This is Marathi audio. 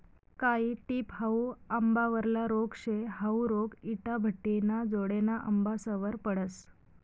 कायी टिप हाउ आंबावरला रोग शे, हाउ रोग इटाभट्टिना जोडेना आंबासवर पडस